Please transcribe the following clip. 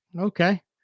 Okay